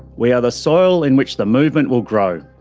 we are the soil in which the movement will grow.